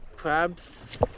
Crabs